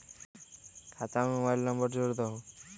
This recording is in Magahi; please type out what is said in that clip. खाता में मोबाइल नंबर जोड़ दहु?